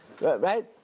right